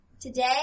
Today